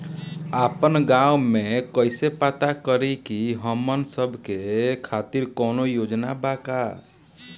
आपन गाँव म कइसे पता करि की हमन सब के खातिर कौनो योजना बा का?